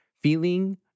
feeling